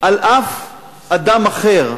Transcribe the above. על שום אדם אחר,